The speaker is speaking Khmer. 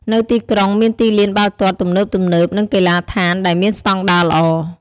នៅទីក្រុងមានទីលានបាល់ទាត់ទំនើបៗ និងកីឡដ្ឋានដែលមានស្តង់ដារល្អ។